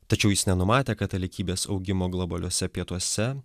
tačiau jis nenumatė katalikybės augimo globaliuose pietuose